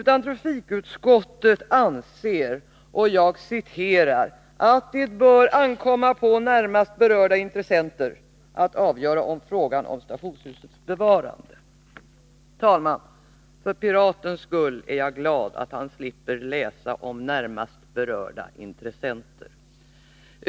Trafikutskottet anser ”att det bör ankomma på närmast berörda intressenter att avgöra frågan om stationshusets bevarande”. Herr talman! För Piratens skull är jag glad att han slipper läsa om ”närmast berörda intressenter”!